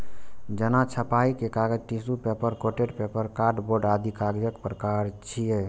जेना छपाइ के कागज, tissue paper, coated paper, cardboard आदि कागजक प्रकार छियै